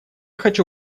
хочу